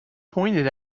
pointed